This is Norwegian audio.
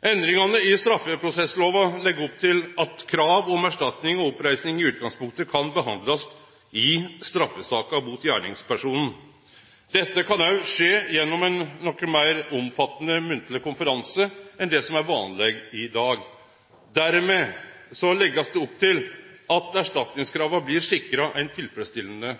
Endringane i straffeprosesslova legg opp til at krav om erstatning og oppreising i utgangspunktet kan behandlast i straffesaka mot gjerningspersonen. Dette kan òg skje gjennom ein noko meir omfattande munnleg konferanse enn det som er vanleg i dag. Dermed blir det lagt opp til at erstatningskrava blir sikra